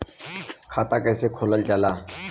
खाता कैसे खोलल जाला?